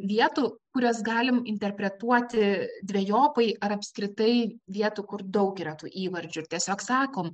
vietų kurias galim interpretuoti dvejopai ar apskritai vietų kur daug yra tų įvardžių tiesiog sakom